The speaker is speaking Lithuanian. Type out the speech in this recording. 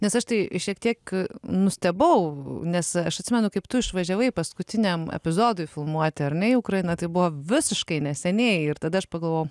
nes aš tai šiek tiek nustebau nes aš atsimenu kaip tu išvažiavai paskutiniam epizodui filmuoti ar ne į ukrainą tai buvo visiškai neseniai ir tada aš pagalvojau